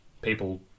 people